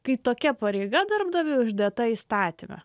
kai tokia pareiga darbdaviui uždėta įstatyme